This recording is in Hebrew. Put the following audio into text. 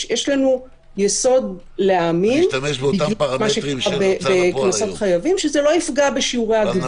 יש לנו יסוד להאמין בקנסות חייבים שזה לא יפגע בשיעורי הגבייה,